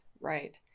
right